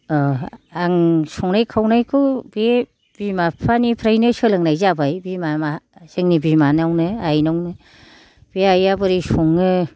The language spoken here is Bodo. आं संनाय खावनायखौ बे बिमा बिफानिफ्रायनो सोलोंनाय जाबाय बिमा मा जोंनि बिमानावनो आइनावनो बे आइआ बोरै सङो